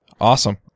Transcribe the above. Awesome